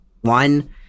one